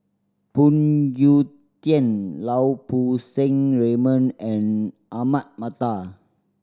Phoon Yew Tien Lau Poo Seng Raymond and Ahmad Mattar